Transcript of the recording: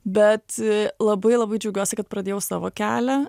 bet labai labai džiaugiuosi kad pradėjau savo kelią